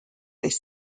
this